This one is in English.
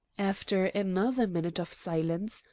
after another minute of silence,